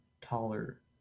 taller